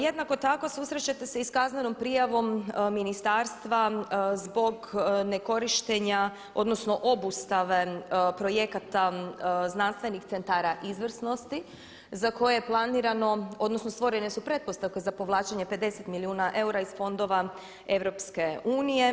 Jednako tako susrećete se i sa kaznenom prijavom ministarstva zbog nekorištenja, odnosno obustave projekata znanstvenih centara izvrsnosti za koje je planirano, odnosno stvorene su pretpostavke za povlačenje 50 milijuna eura iz fondova EU.